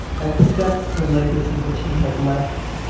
except the legacy which he had left.